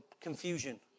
confusion